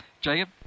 Jacob